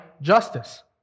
justice